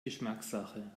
geschmackssache